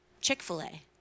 Chick-fil-A